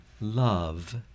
Love